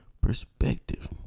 perspective